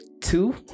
two